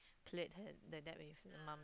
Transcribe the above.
cleared her that debt with her mom